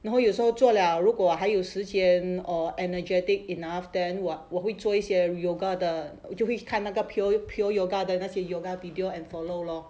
然后有时候做了如果还有时间 or energetic enough then what 我会做一些 yoga 的我就会开那个 pure pure yoga 的那些 yoga video and follow lor